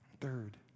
Third